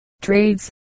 trades